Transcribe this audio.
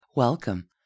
Welcome